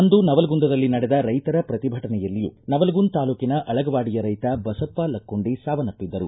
ಅಂದು ನವಲಗುಂದದಲ್ಲಿ ನಡೆದ ರೈತರ ಪ್ರತಿಭಟನೆಯಲ್ಲಿಯೂ ನವಲಗುಂದ ತಾಲೂಕಿನ ಅಳಗವಾಡಿಯ ರೈತ ಬಸಪ್ಪ ಲಕ್ಕುಂಡಿ ಸಾವನ್ನಪ್ಪಿದರು